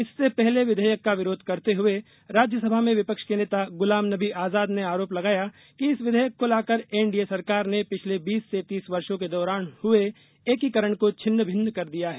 इससे पहले विधेयक का विरोध करते हुए राज्यसभा में विपक्ष के नेता गुलाम नबी अजाद ने आरोप लगाया कि इस विधेयक को लाकर एनडीए सरकार ने पिछले बीस से तीस वर्षो के दौरान हुए एकीकरण को छिन्न भिन्न कर दिया है